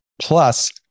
Plus